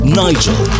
nigel